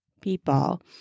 people